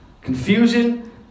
Confusion